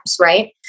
right